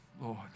Lord